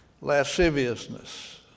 lasciviousness